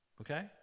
Okay